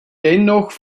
dennoch